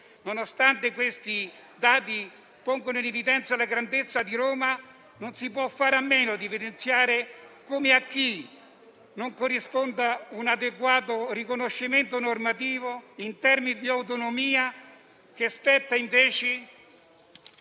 Nonostante questi dati pongano in evidenza la grandezza di Roma, non si può fare a meno di evidenziare come a ciò non corrisponda un adeguato riconoscimento normativo in termini di autonomia che spetta invece